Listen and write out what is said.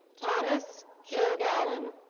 thomas kilgallon.